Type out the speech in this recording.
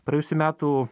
praėjusių metų